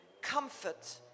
comfort